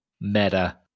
meta-